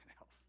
else